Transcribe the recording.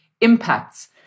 impacts